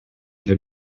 для